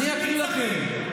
אני אקריא לכם.